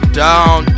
down